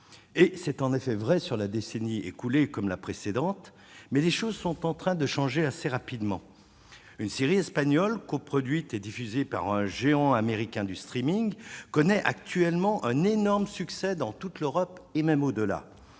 C'est en effet vrai sur la décennie écoulée, mais les choses sont en train de changer assez rapidement. Une série espagnole, coproduite et diffusée par un géant américain du streaming, connaît actuellement un énorme succès dans toute l'Europe et bien au-delà.